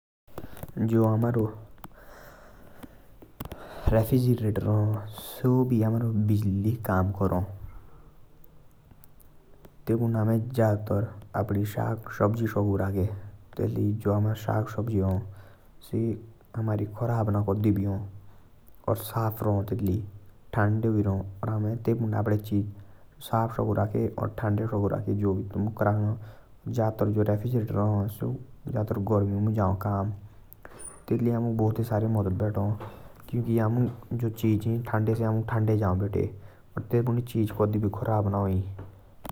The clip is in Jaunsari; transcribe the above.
जो हमारो रेफ्रिजरेटर सेओ बिजली लाई काम करा। तेतु पुनदो आमे जदातर साग सब्जी साकु राखे तेत लाई हुमारी साग सब्जी खराब ना हा।